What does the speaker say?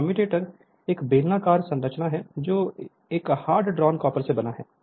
एक कम्यूटेटर एक बेलनाकार संरचना है जो कि हार्ड ड्रॉन कॉपर से बना है